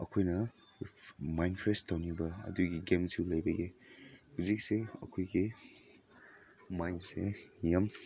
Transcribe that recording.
ꯑꯩꯈꯣꯏꯅ mind fresh ꯇꯧꯅꯤꯡꯕ ꯒꯦꯝꯁꯨ ꯂꯩꯕꯒꯤ ꯍꯧꯖꯤꯛꯁꯦ ꯑꯩꯈꯣꯏꯒꯤ ꯃꯥꯏꯟꯁꯦ ꯌꯥꯝ